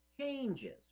changes